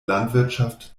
landwirtschaft